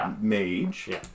mage